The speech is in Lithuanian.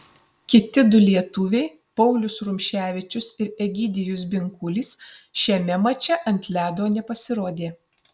kiti du lietuviai paulius rumševičius ir egidijus binkulis šiame mače ant ledo nepasirodė